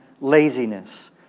laziness